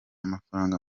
amafaranga